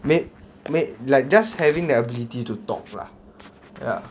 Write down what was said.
made made like just having the ability to talk lah ya